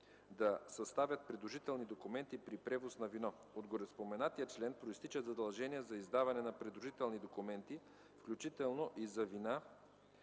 да съставят придружителни документи при превоз на вино. От гореспоменатия член произтичат задължения за издаване на придружителни документи, включително и за вина,